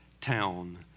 town